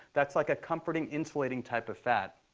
that's like a comforting, insulating type of fat.